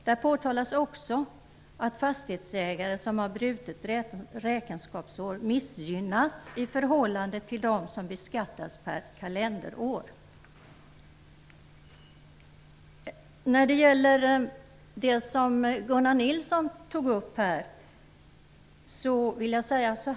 Där påtalas också att fastighetsägare som har brutet räkenskapsår missgynnas i förhållande till dem som beskattas per kalenderår. När det gäller det som Gunnar Nilsson tog upp vill jag säga följande.